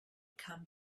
come